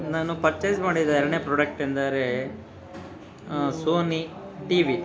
ನಾನು ಪರ್ಚೆಸ್ ಮಾಡಿದ ಎರಡನೇ ಪ್ರೊಡಕ್ಟ್ ಎಂದರೆ ಸೋನಿ ಟಿ ವಿ